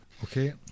Okay